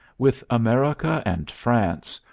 with america and france,